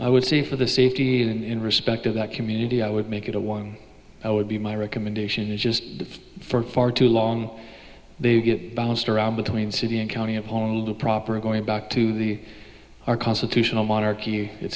i would say for the safety in respect of that community i would make it a one i would be my recommendation is just for far too long they get bounced around between city and county up only to proper going back to the our constitutional monarchy